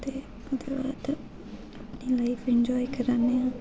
ते ओह्दे बाद अपनी लाईफ एंजाय करै ने आं